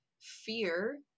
fear